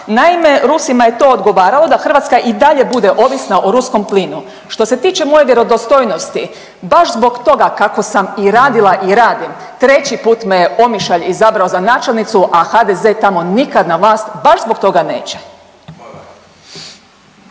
Naime, Rusima je to odgovaralo da Hrvatska i dalje bude ovisna o ruskom plinu. Što se tiče moje vjerodostojnosti baš zbog toga kako sam i radila i radim treći put me je Omišalj izabrao za načelnicu, a HDZ tamo nikad na vlast baš zbog toga neće.